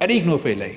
Er det ikke noget for LA?